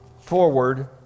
forward